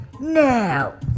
Now